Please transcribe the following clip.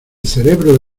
cerebro